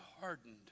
hardened